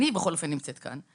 אני בכל אופן נמצאת כאן,